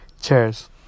cheers